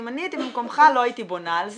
אם אני הייתי במקומך לא הייתי בונה על זה,